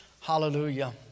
Hallelujah